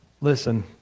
Listen